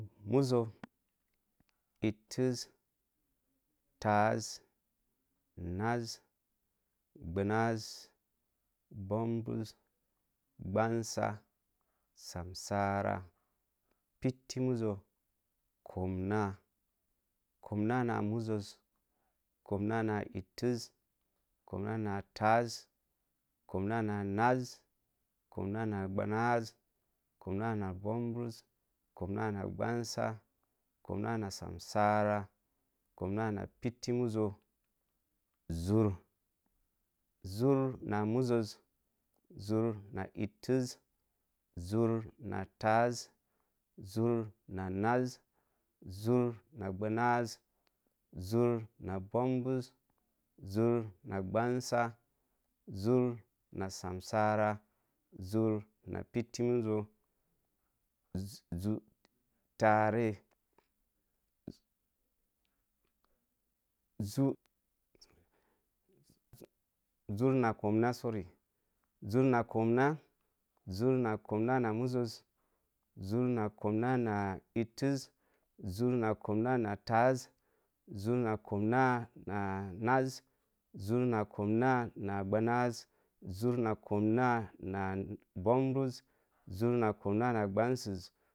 Muzo, i təz nāz gbanāz bambuz gbansa samsəra piti muzo kōmna komnana muzoz komna nā ihəz, komna nā təz komna na ihaz, komna na bāmbuz, komna na gbansa komna nā samsəra, koma nā pihi muz zur, zur na muzoz, zur nā, həkə zur nā təz, zur nā naz zur na gbanaz, zur nā banbuz zur na gbansa, zur nā piti muzo zur tarei sury zur na komna zur na komna nā muzuz zur nar komna nā ihez zur nā komna nā təz zur nā komna na naz zur na komna na gbanaz zur na komna na bāmbuz.